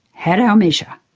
had our measure.